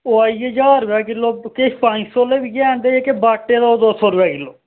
ओह् आई गे ज्हार रपेऽ किलो किश पंज सौ आह्ले बी हैन ते जेह्के बाटे न ओह् दो सौ रपेआ किल्लो